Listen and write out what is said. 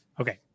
Okay